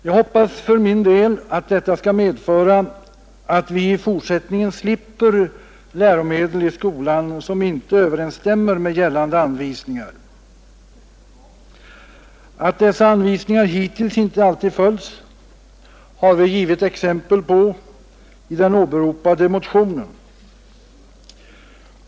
Jag hoppas för min del att detta skall medföra att vi i fortsättningen slipper läromedel i skolan som inte överensstämmer med gällande anvisningar. Att dessa anvisningar hittills inte alltid följts har vi givit exempel på i den åberopade motionen.